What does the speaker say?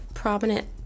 prominent